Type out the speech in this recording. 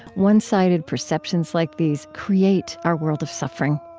one-sided perceptions like these create our world of suffering.